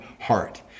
heart